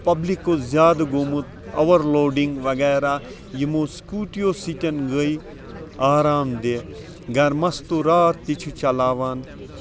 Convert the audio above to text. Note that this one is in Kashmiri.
پَبلِک اوس زیادٕ گوٚومُت اَورلوڈِنگ وغیرہ یِمو سکوٗٹیو ستٮ۪ن گٔے آرام دیٚہہ گرٕ مٔستوٗرات تہِ چھِ چلاوان